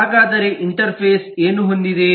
ಹಾಗಾದರೆ ಇಂಟರ್ಫೇಸ್ ಏನು ಹೊಂದಿದೆ